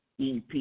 EP